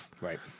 Right